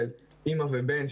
של אימא ובן,